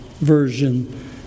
Version